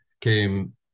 came